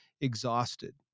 exhausted